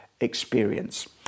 experience